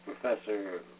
Professor